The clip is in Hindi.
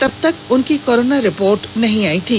तबतक उनकी कोरोना रिपोर्ट नहीं आयी थी